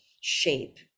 shape